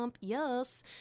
yes